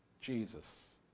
Jesus